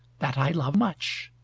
that i love much.